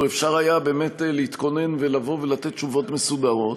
לו אפשר היה להתכונן ולבוא ולתת תשובות מסודרות,